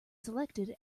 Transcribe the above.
selected